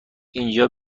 اینجا